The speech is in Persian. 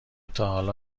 تاحالا